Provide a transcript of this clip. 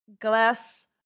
glass